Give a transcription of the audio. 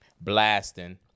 blasting